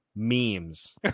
memes